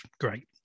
Great